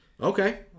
Okay